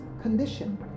condition